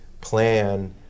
plan